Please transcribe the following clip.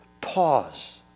Pause